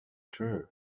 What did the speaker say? true